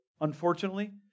Unfortunately